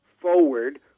forward